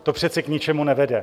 To přece k ničemu nevede.